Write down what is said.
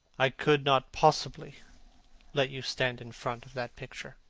i could not possibly let you stand in front of that picture.